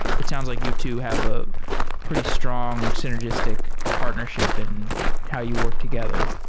it sounds like you two have a pretty strong synergistic partnership in how you work together.